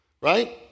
right